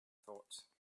thought